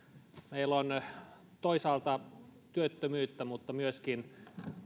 meillä on toisaalta työttömyyttä mutta myöskin